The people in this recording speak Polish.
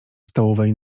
stołowej